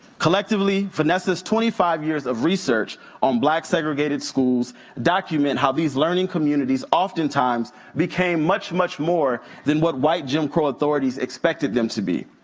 collectively, vanessa's twenty five years of research on black segregated schools document how these learning communities often times became much, much more than what white jim crow authorities expected them to be.